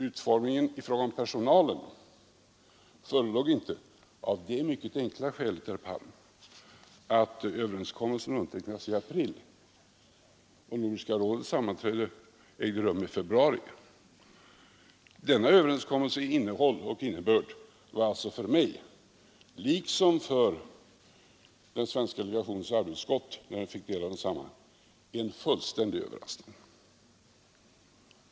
Utformningen i fråga om personalen förelåg inte — av det mycket enkla skälet, herr Palm, att överenskommelsen undertecknades i april och Nordiska rådets sammanträde ägde rum i februari. Denna överenskommelses innehåll och innebörd var alltså för mig liksom för den svenska delegationens arbetsutskott, när den fick del av densamma, en fullständig överraskning.